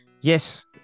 yes